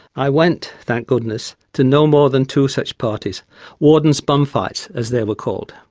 i went, thank goodness, to no more than two such parties warden's bunfights as they were called.